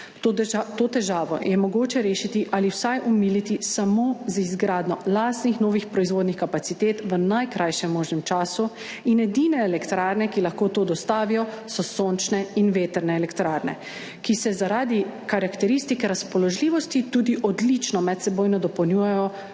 To težavo je mogoče rešiti ali vsaj omiliti samo z izgradnjo lastnih novih proizvodnih kapacitet v najkrajšem možnem času in edine elektrarne, ki lahko to dostavijo, so sončne in vetrne elektrarne, ki se zaradi karakteristike razpoložljivosti tudi odlično medsebojno dopolnjujejo